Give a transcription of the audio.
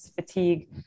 fatigue